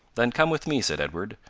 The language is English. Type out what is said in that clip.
then come with me, said edward,